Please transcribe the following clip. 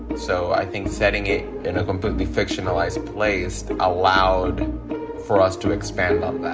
so i think setting it in a completely fictionalized place allowed for us to expand um that